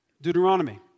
Deuteronomy